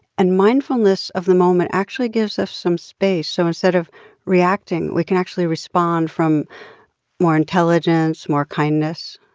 and mindfulness of the moment actually gives us some space. so instead of reacting, we can actually respond from more intelligence, more kindness.